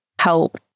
help